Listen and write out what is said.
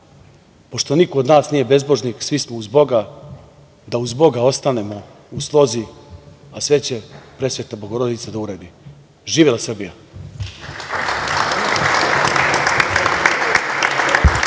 pošto niko od nas nije bezbožnik, svi smo uz Boga, da uz Boga ostanemo u slozi, a sve će Presveta Bogorodica da uredi. Živela Srbija.